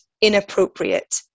inappropriate